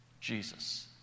Jesus